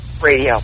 Radio